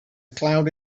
cloud